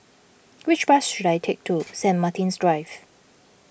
which bus should I take to Saint Martin's Drive